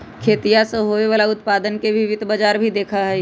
खेतीया से होवे वाला उत्पादन के भी वित्त बाजार ही देखा हई